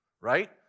Right